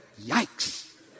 yikes